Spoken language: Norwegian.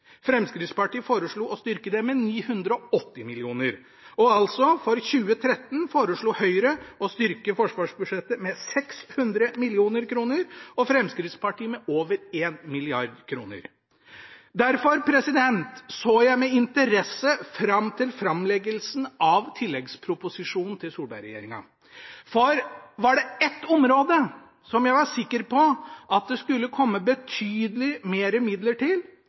Fremskrittspartiet foreslo å styrke det med 980 mill. kr. Altså, for 2013 foreslo Høyre å styrke forsvarsbudsjettet med 600 mill. kr, og Fremskrittspartiet med over 1 mrd. kr. Derfor så jeg med interesse fram til framleggelsen av tilleggsproposisjonen til Solberg-regjeringen. For var det ett område som jeg var sikker på at det skulle komme betydelig flere midler til,